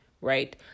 right